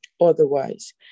Otherwise